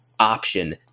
Option